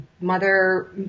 mother